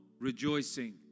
Rejoicing